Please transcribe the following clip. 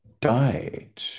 died